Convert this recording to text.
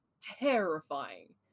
terrifying